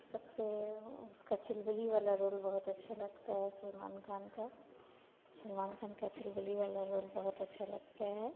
सबसे वह उसका चुलबुला वाला रोल बहुत अच्छा लगता है सलमान खान का सलमान खान का चुलबुला वाला रोल बहुत अच्छा लगता है